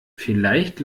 vielleicht